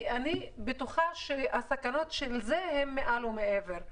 כי אני בטוחה שהסכנות של זה הן מעל ומעבר.